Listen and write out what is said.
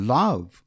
love